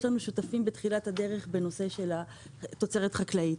לנו שותפים בתחילת הדרך בנושא של התוצרת החקלאית.